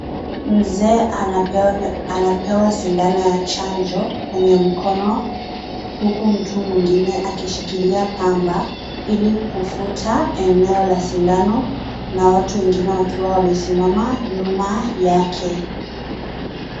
Mzee anapewa sindano ya chanjo kwenye mkono huku mtu mwingine akishikilia pamba ili kufuta eneo la sindano na watu wengine wakiwa wamesimama nyuma yake.